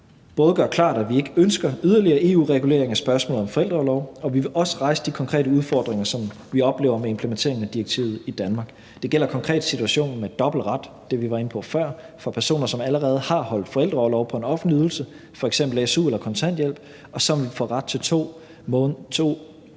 både gøre klart, at vi ikke ønsker yderligere EU-regulering af spørgsmålet om forældreorlov, og vi vil også rejse de konkrete udfordringer, som vi oplever med implementeringen af direktivet i Danmark. Det gælder konkret situationen med dobbelt ret – det, vi var inde på før – for personer, som allerede har holdt forældreorlov på en offentlig ydelse, f.eks. su eller kontanthjælp, og som får ret til 2 nye